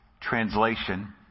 translation